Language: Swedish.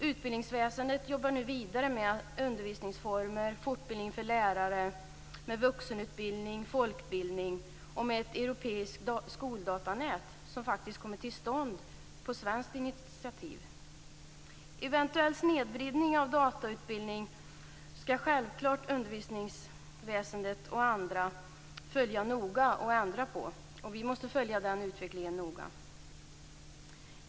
Utbildningsväsendet jobbar nu vidare med undervisningsformer, fortbildning för lärare, med vuxenutbildning, folkbildning och med ett europeiskt skoldatanät - som faktiskt kommit till stånd på svenskt initiativ. Eventuell snedvridning av datautbildning skall självfallet följas noga av utbildningsväsendet för att kunna göra förändringar. Vi måste följa den utvecklingen noga.